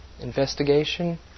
Investigation